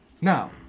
Now